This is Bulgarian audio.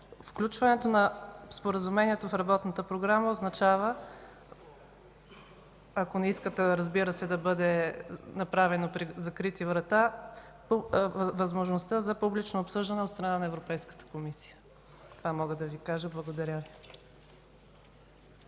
включването на Споразумението в работната програма означава, ако не искате, разбира се, да бъде направено при закрити врата, възможността за публично обсъждане от страна на Европейската комисия. Това мога да Ви кажа. Благодаря Ви.